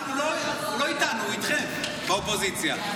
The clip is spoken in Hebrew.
הוא לא איתנו, הוא איתכם, באופוזיציה.